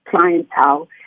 clientele